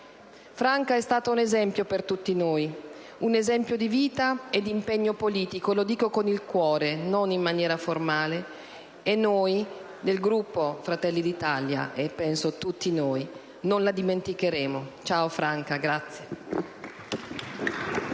Franca è stata un esempio per tutti noi: un esempio di vita e d'impegno politico, lo dico con il cuore, non in maniera formale. Noi del Gruppo Fratelli d'Italia, ma penso anche tutti gli altri, non la dimenticheremo: ciao, Franca!